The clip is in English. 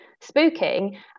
spooking